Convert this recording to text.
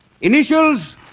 Initials